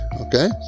okay